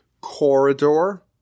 corridor